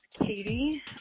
Katie